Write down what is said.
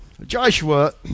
Joshua